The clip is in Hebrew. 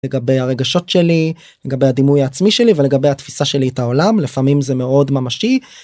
לגבי הרגשות שלי לגבי הדימוי העצמי שלי ולגבי התפיסה שלי את העולם לפעמים זה מאוד ממשי.